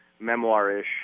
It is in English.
memoirish